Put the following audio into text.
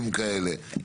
לאחוזים כאלה?